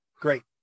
Great